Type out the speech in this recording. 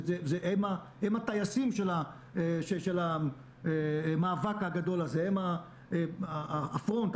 העובדים הסוציאליים הם הטייסים במאבק הגדול הזה והם החזית,